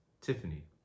Tiffany